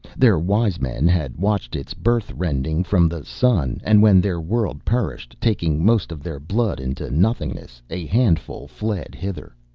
their wise men had watched its birth-rending from the sun. and when their world perished, taking most of their blood into nothingness, a handful fled hither.